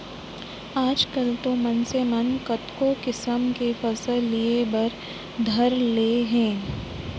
आजकाल तो मनसे मन कतको किसम के फसल लिये बर धर ले हें